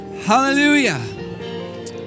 Hallelujah